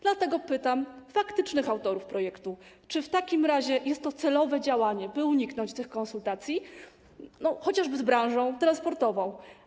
Dlatego pytam faktycznych autorów projektu: Czy w takim razie jest to celowe działanie, by uniknąć tych konsultacji, chociażby z branżą transportową?